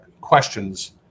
questions